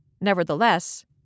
Nevertheless